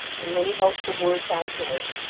and many hopeful words on his,